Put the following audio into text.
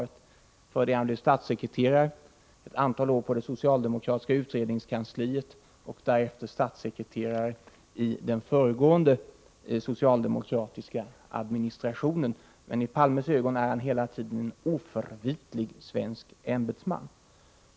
Innan han blev statssekreterare har han varit ett antal år på det socialdemokratiska utredningskansliet och därefter statssekreterare i den föregående socialdemokratiska administrationen. Men i Palmes ögon är han hela tiden ”en oförvitlig svensk ämbetsman”.